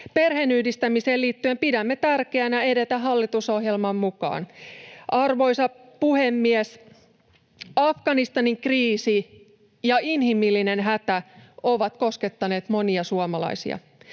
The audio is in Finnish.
Perheenyhdistämiseen liittyen pidämme tärkeänä edetä hallitusohjelman mukaan. Arvoisa puhemies! Afganistanin kriisi ja inhimillinen hätä ovat koskettaneet monia suomalaisia.